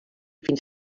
fins